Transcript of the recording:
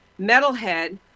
metalhead